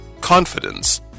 confidence